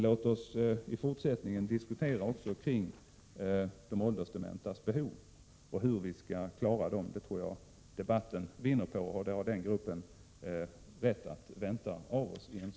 Låt oss i fortsättningen diskutera också kring de åldersdementas behov och hur vi skall klara av dem. Det tror jag debatten vinner på, och det har den gruppen rätt att vänta av oss.